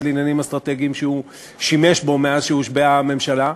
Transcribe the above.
לעניינים אסטרטגיים שהוא שימש בו מאז שהושבעה הממשלה,